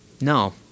No